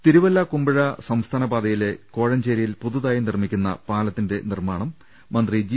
തിരുവല്ല കുമ്പഴ സംസ്ഥാന പാതയിലെ കോഴഞ്ചേ രിയിൽ പുതു തായി നിർമ്മിക്കുന്ന പാലത്തിന്റെ നിർമ്മാണം മന്ത്രി ജി